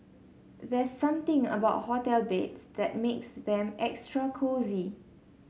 there's something about hotel beds that makes them extra cosy